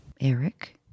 Eric